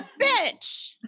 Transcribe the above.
bitch